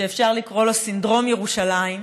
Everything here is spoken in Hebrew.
שאפשר לקרוא לו סינדרום ירושלים.